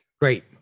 Great